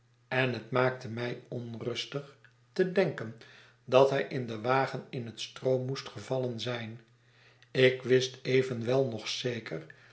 en het maakte mij onrustig te denken dat hij in den wagen in het stroo moest gevallen zijn ik wist evenwel nog zeker